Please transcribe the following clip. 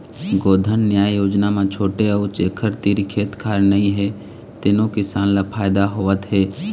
गोधन न्याय योजना म छोटे अउ जेखर तीर खेत खार नइ हे तेनो किसान ल फायदा होवत हे